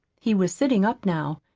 he was sitting up now.